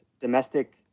domestic